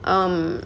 um